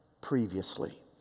previously